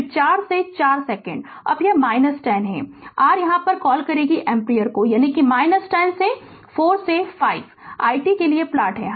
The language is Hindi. और फिर 4 से 4 सेकंड अब यह 10 है r क्या कॉल एम्पीयर यानी 10 कि 4 से 5 यह i t के लिए प्लॉट है